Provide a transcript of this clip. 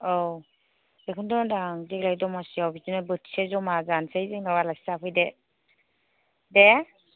औ बेखौनोथ' होनदों आं देग्लाय दमासियाव बिदिनो बोथिसे जमा जानोसै जोंनाव आलासि जाफैदो दे